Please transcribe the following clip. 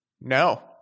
No